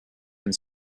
and